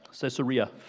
Caesarea